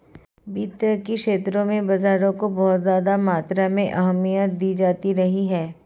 वित्त के क्षेत्र में बाजारों को बहुत ज्यादा मात्रा में अहमियत दी जाती रही है